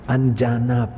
Anjana